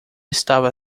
estava